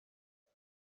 کنم